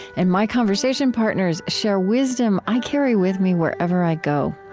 and my conversation partners share wisdom i carry with me wherever i go.